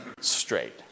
straight